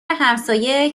همسایه